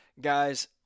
Guys